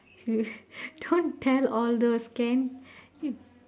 don't tell all those can you